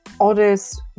others